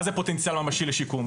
מה זה פוטנציאל ממשי לשיקום?